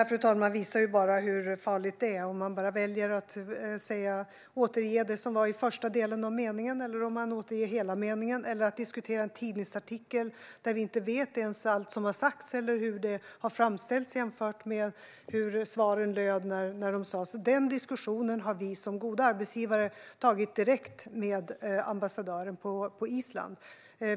Fru talman! Det här visar hur farligt det är att välja att bara återge första delen av en mening eller att diskutera en tidningsartikel när vi inte vet allt som har sagts och hur det framställts i förhållande till hur svaren löd. Den här diskussionen har vi som goda arbetsgivare tagit direkt med ambassadören på Island.